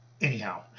Anyhow